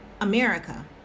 America